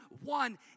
one